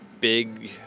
big